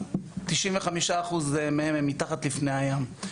95% הם מתחת לפני הים.